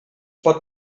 pot